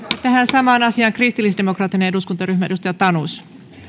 tähän samaan asiaan kristillisdemokraattinen eduskuntaryhmä edustaja tanus